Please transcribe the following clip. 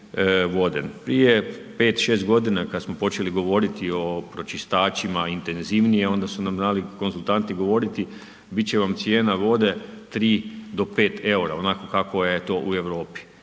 Prije 5, 6 godina kada smo počeli govoriti o pročistačima intenzivnije onda su nam znali konzultanti govoriti, biti će vam cijena vode 3 do 5 eura, onako kako je u Europi.